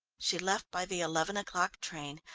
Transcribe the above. she left by the eleven o'clock train,